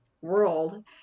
world